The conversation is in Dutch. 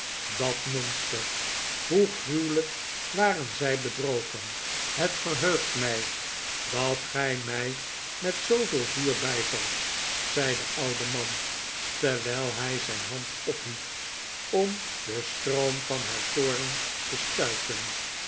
dat monster hoe gruwelijk waren zij bedrogen het verheugt mij dat gij mij met zooveel vuur bij valt zei de oude man terwijl hij zijn hand ophief om den stroom van haar toorn te stuiten